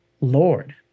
lord